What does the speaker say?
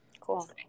cool